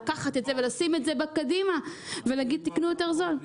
לקחת את זה ולשים אותו קדימה ולהגיד: תקנו יותר בזול.